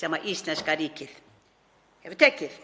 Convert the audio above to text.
sem íslenska ríkið hefur tekið.